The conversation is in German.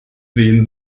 sehen